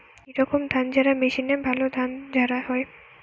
কি রকম ধানঝাড়া মেশিনে ভালো ধান ঝাড়া হয়?